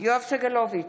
יואב סגלוביץ'